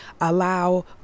allow